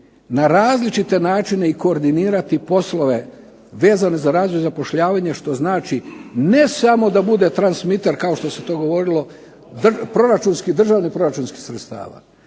na različite načine i koordinirati poslove vezane za razvoj i zapošljavanje što znači ne samo da bude transmiter kao što se to govorilo proračunski, državnih proračunskih sredstava,